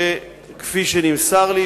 שכפי שנמסר לי,